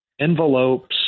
envelopes